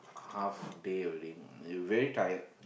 half day already you very tired